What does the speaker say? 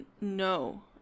No